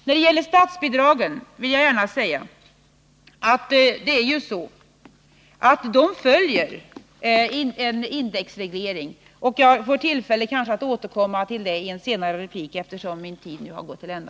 När det gäller statsbidragen vill jag gärna säga att de följer en indexreglering, men jag får kanske tillfälle att återkomma till dem i en senare replik, herr talman, eftersom min tid nu har gått till ända.